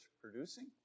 producing